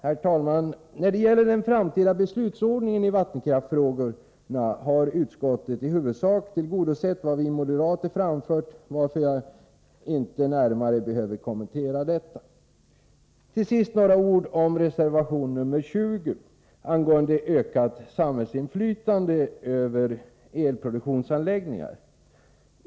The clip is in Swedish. Herr talman! När det gäller den framtida beslutsordningen i vattenkraftsfrågorna har utskottet i huvudsak tillgodosett vad vi moderater framfört, varför jag inte närmare behöver kommentera detta. Till sist några ord om reservation nr 20 angående ökat samhällsinflytande över elproduktionsanläggningar.